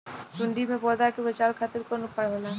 सुंडी से पौधा के बचावल खातिर कौन उपाय होला?